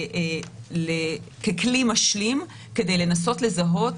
אבל ככלי משלים כדי לנסות לזהות